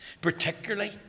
particularly